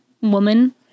woman